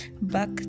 back